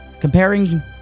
comparing